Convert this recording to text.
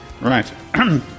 right